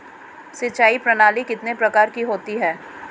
सिंचाई प्रणाली कितने प्रकार की होती है?